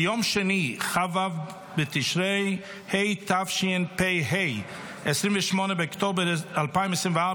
ביום שני כ"ו בתשרי התשפ"ה, 28 באוקטובר 2024,